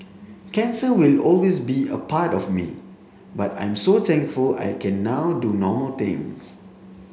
cancer will always be a part of me but I'm so thankful I can now do normal things